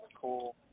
cool